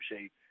shape